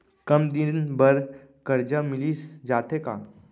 कम दिन बर करजा मिलिस जाथे का?